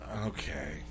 Okay